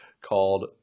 called